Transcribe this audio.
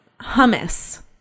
Hummus